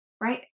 right